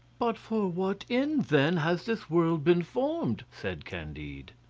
but for what end, then, has this world been formed? said candide.